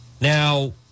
Now